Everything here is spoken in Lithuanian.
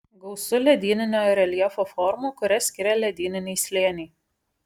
gausu ledyninio reljefo formų kurias skiria ledyniniai slėniai